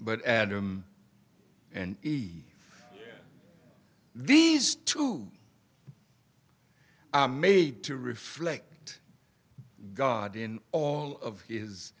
but adam and eve these two made to reflect god in all of his